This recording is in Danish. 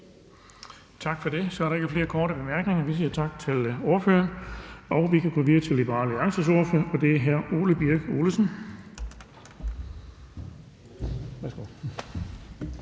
Tak for det. Så er der ikke flere korte bemærkninger. Vi siger tak til ordføreren og kan gå videre til Liberal Alliances ordfører, og det er hr. Ole Birk Olesen.